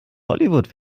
hollywood